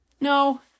No